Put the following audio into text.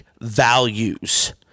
values